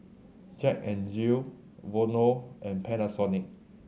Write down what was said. Jack N Jill Vono and Panasonic